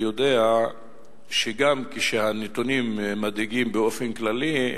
יודע שגם הנתונים מדאיגים באופן כללי,